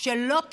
שלא תטעו.